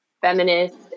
feminist